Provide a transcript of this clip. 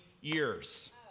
years